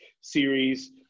series